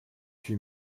huit